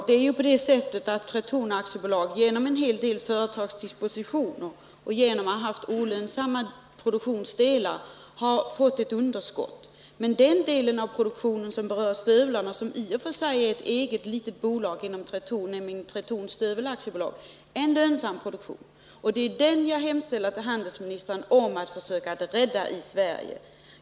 Herr talman! Tretorn AB har till följd av olika dispositioner och vissa olönsamma produktionsdelar fått ett underskott, men den del av produktionen som berör stövlarna — vilken i och för sig sköts av ett eget bolag inom Tretorn, nämligen Tretorns Stövel AB — är lönsam. Det är den som jag hemställer om att handelsministern skall försöka rädda, så att den blir kvar i Sverige.